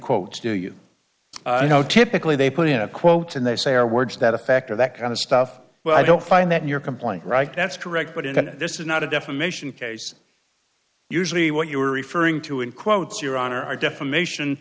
quotes do you know typically they put in a quote and they say or words that effect or that kind of stuff well i don't find that in your complaint right that's correct but if this is not a defamation case usually what you are referring to in quotes your honor are defamation